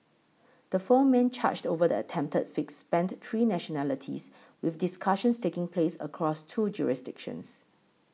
the four men charged over the attempted fix spanned three nationalities with discussions taking place across two jurisdictions